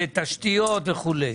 לתשתיות וכולי.